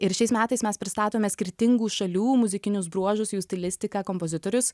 ir šiais metais mes pristatome skirtingų šalių muzikinius bruožus jų stilistiką kompozitorius